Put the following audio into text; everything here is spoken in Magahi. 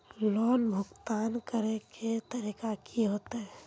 लोन भुगतान करे के तरीका की होते?